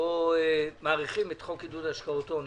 שבו מאריכים את חוק עידוד השקעות הון,